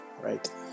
Right